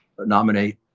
nominate